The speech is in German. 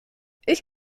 ich